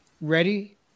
ready